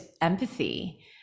empathy